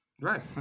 Right